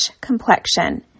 complexion